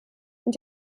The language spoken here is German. und